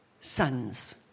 sons